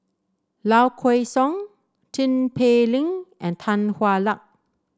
Low Kway Song Tin Pei Ling and Tan Hwa Luck